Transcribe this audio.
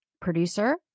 producer